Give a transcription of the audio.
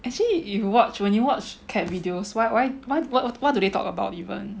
actually if you watch when you watch cat videos what why what what what what do they talk about even